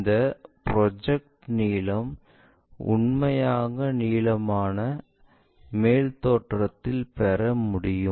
இந்த ப்ரொஜெக்ட்ட நீளம் உண்மையான நீலமாக மேல் தோற்றத்தில் பெற முடியும்